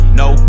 no